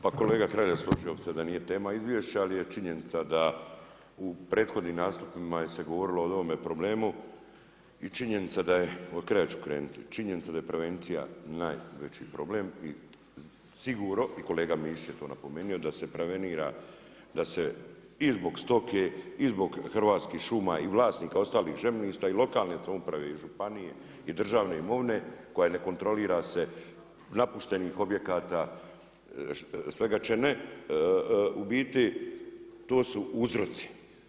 Pa kolega Hrelja, složio bi se da nije tema izvješća ali složio bih se da u prethodnim nastupima se govorilo o ovome problemu i činjenica, od kraja ću krenuti, činjenica je da je prevencija najveći problem i sigurno, i kolega Mišić je to napomenuto, da se prevenira da se i zbog stoke i zbog Hrvatskih šuma i vlasnika ostalih zemljišta i lokalne samouprave i županije i državne imovine koja ne kontrolira se, napuštenih objekata, svega će ne, u biti to su uzroci.